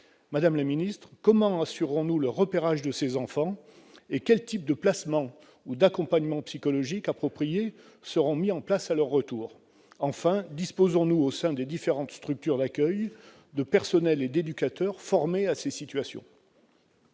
Madame la ministre, comment assurerons-nous le repérage de ces enfants, et quels types de mesures de placement ou d'accompagnement psychologique appropriées seront mises en place à leur retour ? Enfin, disposons-nous, au sein des différentes structures d'accueil, de personnels et d'éducateurs formés à ces situations